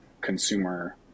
consumer